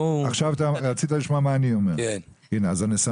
רצית לשמוע מה אני אומר, אז אני אומר.